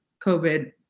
COVID